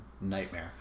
nightmare